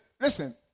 listen